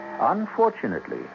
Unfortunately